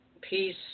peace